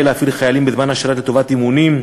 להפעיל חיילים בזמן השל"ת לטובת אימונים,